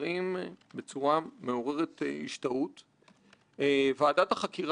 זה דוח שכדאי לקרוא אותו וכדאי לשים לב לכל שורה.